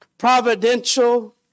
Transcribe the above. providential